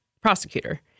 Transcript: prosecutor